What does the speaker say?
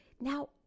Now